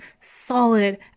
solid